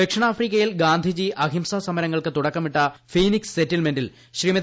ദക്ഷിണാഫ്രിക്കയിൽ ഗാന്ധിജി അഹിംസ സമരങ്ങൾക്ക് തുടക്കമിട്ട ഫീനിക്സ് സെറ്റിൽമെന്റിൽ ശ്രീമതി